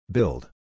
Build